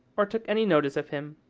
or took any notice of him.